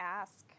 ask